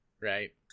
Right